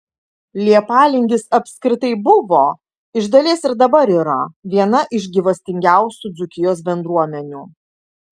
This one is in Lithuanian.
leipalingis apskritai buvo iš dalies ir dabar yra viena iš gyvastingiausių dzūkijos bendruomenių